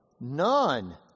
None